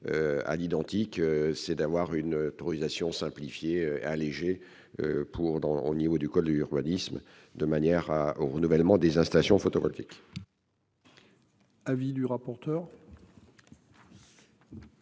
à l'identique, c'est d'avoir une autorisation simplifié, allégé pour dans au niveau du code l'urbanisme, de manière à au renouvellement des installations photovoltaïques. Avis du rapporteur.